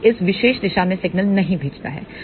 यह इस विशेष दिशा में सिग्नल नहीं भेजता है